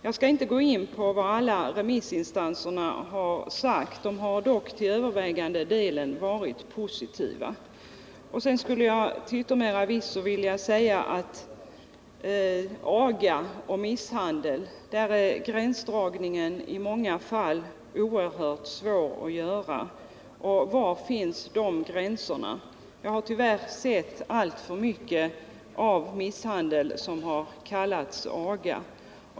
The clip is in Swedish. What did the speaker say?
Jag skall inte gå in på vad alla remissinstanserna har sagt — de har dock till övervägande delen varit positiva. Jag skulle till yttermera visso vilja säga, att gränsdragningen i många fall är oerhört svår att göra mellan aga och misshandel. Var går de gränserna? Jag har tyvärr sett alltför mycket av misshandel som har kallats aga.